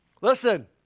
Listen